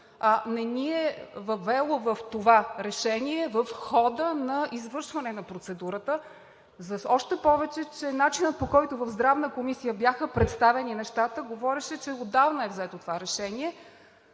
не ни е въвело в това решение в хода на извършване на процедурата. Още повече че начинът, по който в Здравната комисия бяха представени нещата, говореше, че отдавна е взето това решение.